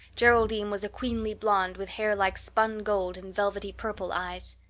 geraldine was a queenly blonde with hair like spun gold and velvety purple eyes.